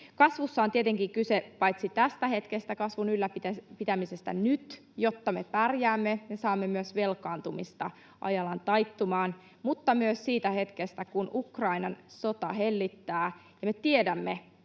Kasvussa on tietenkin kyse paitsi tästä hetkestä eli kasvun ylläpitämisestä nyt, jotta me pärjäämme ja saamme myös velkaantumista ajallaan taittumaan, mutta myös siitä hetkestä, kun Ukrainan sota hellittää. Me tiedämme,